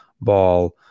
ball